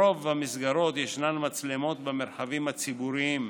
ברוב המסגרות ישנן מצלמות במרחבים הציבוריים,